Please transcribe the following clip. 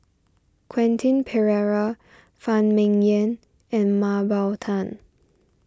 Quentin Pereira Phan Ming Yen and Mah Bow Tan